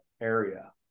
area